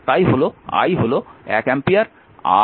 তাই i হল 1 ampere এবং R 8 Ω